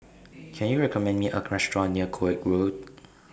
Can YOU recommend Me A Restaurant near Koek Road